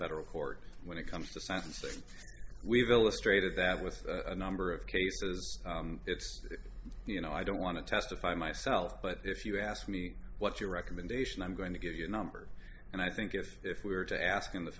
federal court when it comes to sentencing we've illustrated that with a number of cases it's you know i don't want to testify myself but if you ask me what's your recommendation i'm going to give you a number and i think if if we were to ask in the